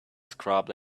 scrub